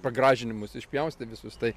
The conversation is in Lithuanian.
pagražinimus išpjaustė visus tai